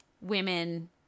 women